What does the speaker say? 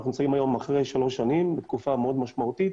אנחנו היום אחרי שלוש בתקופה מאוד משמעותית.